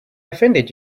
offended